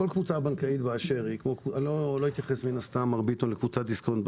כל קבוצה בנקאית באשר היא מן הסתם לא אתייחס לקבוצת דיסקונט,